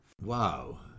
Wow